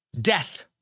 Death